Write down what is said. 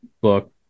book